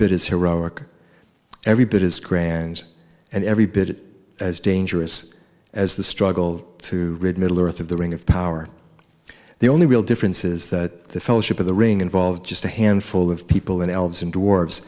bit as heroic every bit as grand and every bit as dangerous as the struggle to rid middle earth of the ring of power the only real difference is that the fellowship of the ring involve just a handful of people and elves and